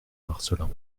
marcelin